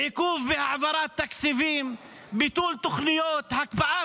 עיכוב בהעברת תקציבים, ביטול תוכניות, הקפאת